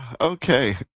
okay